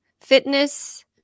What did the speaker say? fitness